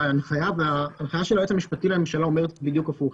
ההנחיה של היועץ המשפטי לממשלה אומרת בדיוק הפוך,